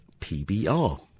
PBR